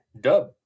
dub